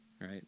right